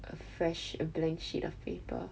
a fresh blank sheet of paper